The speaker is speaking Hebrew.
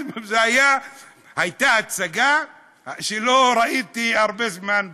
זו הייתה הצגה שלא ראיתי הרבה זמן בכנסת.